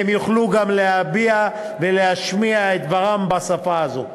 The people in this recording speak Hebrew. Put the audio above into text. והם יוכלו גם להביע ולהשמיע את דברם בשפה הזו.